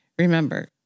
Remember